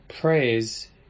praise